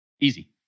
Easy